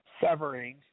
severing